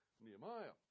Nehemiah